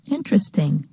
Interesting